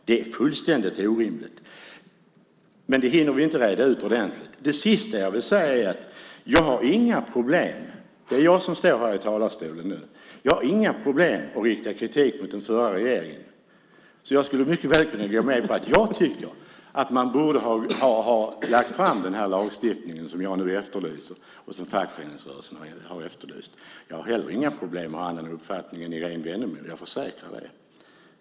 Det är fullständigt orimligt, men det hinner vi inte reda ut ordenligt. Det sista jag vill säga i denna debatt är att jag inte har några problem att rikta kritik mot den förra regeringen. Jag skulle mycket väl kunna gå med på och säga att man borde ha lagt fram den här lagstiftningen som jag och fackföreningsrörelsen efterlyser. Jag har heller inga problem med att ha en annan uppfattning än Irene Wennemo, jag försäkrar det.